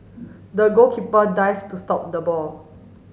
the goalkeeper dive to stop the ball